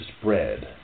spread